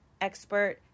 expert